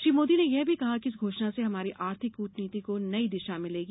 श्री मोदी ने यह भी कहा कि इस घोषणा से हमारी आर्थिक कूटनीति को नई दिशा मिलेगी